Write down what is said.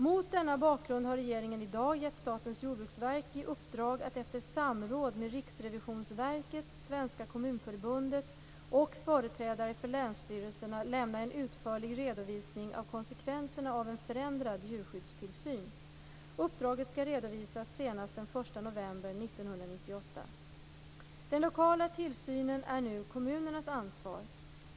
Mot denna bakgrund har regeringen i dag gett Statens jordbruksverk i uppdrag att efter samråd med Riksrevisionsverket, Svenska Kommunförbundet och företrädare för länsstyrelserna lämna en utförlig redovisning av konsekvenserna av en förändrad djurskyddstillsyn. Uppdraget skall redovisas senast den 1 november 1998. Den lokala tillsynen är nu kommunernas ansvar.